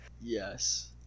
Yes